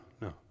no